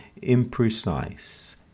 imprecise